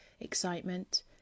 excitement